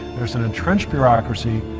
there is an entrenched bureaucracy